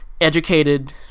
educated